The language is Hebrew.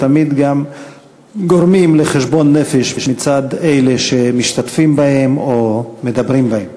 ותמיד גם גורמים לחשבון נפש מצד אלה שמשתתפים בהם או מדברים בהם.